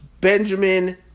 Benjamin